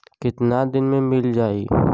कितना दिन में मील जाई?